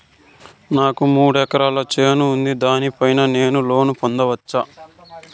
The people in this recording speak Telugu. నాకు మూడు ఎకరాలు చేను ఉంది, దాని పైన నేను లోను పొందొచ్చా?